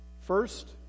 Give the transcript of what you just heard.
First